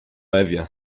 ewie